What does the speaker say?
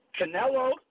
Canelo